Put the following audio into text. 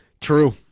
True